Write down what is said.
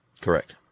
Correct